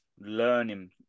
learning